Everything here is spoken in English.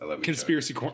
conspiracy